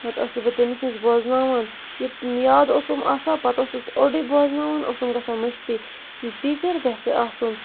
پَتہٕ ٲسٕس بہٕ تٔمِس نِش بوزناوان یہِ یاد اوسُم آسان پَتہٕ ٲسٕس اوٚڈُے بوزناوان اوسُم گژھان مٔشتی ٹیٖچَر گَژھِ آسُن